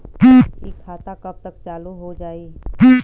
इ खाता कब तक चालू हो जाई?